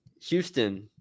Houston